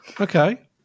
Okay